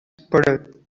puddle